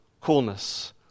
coolness